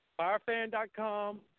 firefan.com